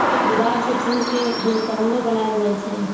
गुलाब के फूल के गुलकंदो बनाएल जाई छई